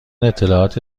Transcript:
اطلاعات